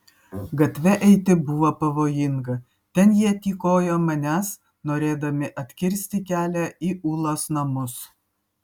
gatve eiti buvo pavojinga ten jie tykojo manęs norėdami atkirsti kelią į ulos namus